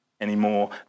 anymore